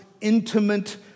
intimate